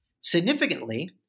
Significantly